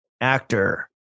actor